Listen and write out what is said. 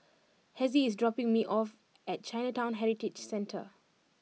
Hezzie is dropping me off at Chinatown Heritage Centre